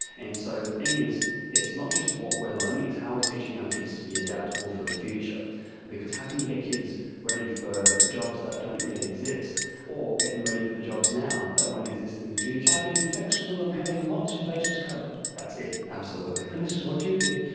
and so the thing is it's not just what we are learning, it's how we are ah teaching our kids to be adaptable for the future because how can you get kids ready for jobs that don't yet exist or get them ready for the jobs now that won't exist in the future. by being flexible and having lots of bases covered. that's it, absolutely. and this is what you did.